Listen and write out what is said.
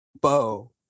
Bo